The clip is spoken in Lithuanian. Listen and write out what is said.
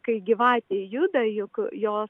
kai gyvatė juda juk jos